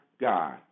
God